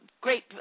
great